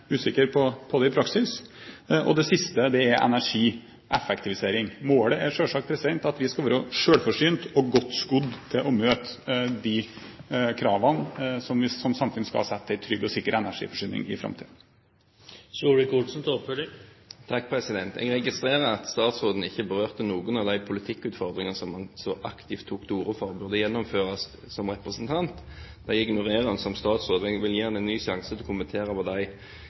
usikker på det i praksis. Det siste er energieffektivisering. Målet er selvsagt at vi skal være selvforsynt og godt skodd til å møte de kravene som vi som samfunn skal sette til en trygg og sikker energiforsyning i framtiden. Jeg registrerer at statsråden ikke berørte noen av de politikkutfordringene som han som representant så aktivt tok til orde for burde gjennomføres. Det ignorerer han som statsråd, og jeg vil gi ham en ny sjanse til å kommentere